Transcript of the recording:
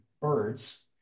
birds